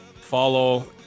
Follow